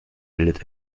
bildet